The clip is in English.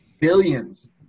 Billions